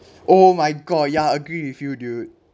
oh my god ya I agree with you dude